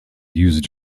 used